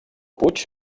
puig